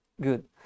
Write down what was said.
good